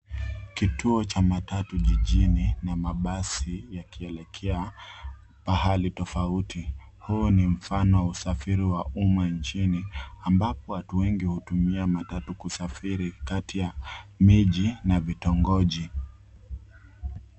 Kituo cha matatu jijini na mabasi yakielekea pahali tofauti. Huu ni mfano usafiri wa umma nchini, ambapo watu wengi hutumia matatu kusafiri kati ya miji na vitongoji.